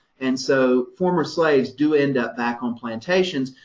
and so former slaves do end up back on plantations,